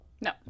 no